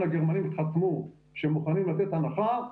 הגרמנים חתמו שהם מוכנים לתת הנחה,